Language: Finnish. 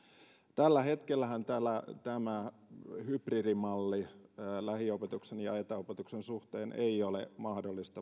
tällä hetkellähän tämä hybridimalli lähiopetuksen ja etäopetuksen suhteen ei ole mahdollista